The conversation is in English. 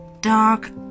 dark